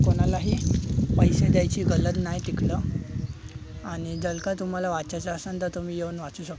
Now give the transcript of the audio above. कोणालाही पैसे द्यायची गरद नाही तिकलं आणि जर का तुम्हाला वाचायचं असन तर तुम्ही येऊन वाचू शकता